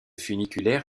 funiculaire